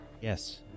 Yes